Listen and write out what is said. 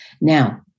Now